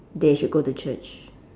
they should go to church